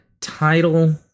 title